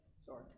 Sorry